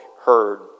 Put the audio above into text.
heard